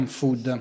food